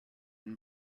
den